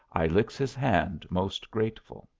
i licks his hand most grateful.